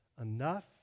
enough